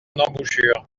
embouchure